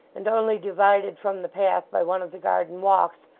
and only divided from the path by one of the garden-walks,